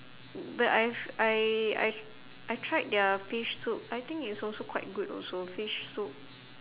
but I've I I I tried their fish soup I think it's also quite good also fish soup